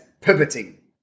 pivoting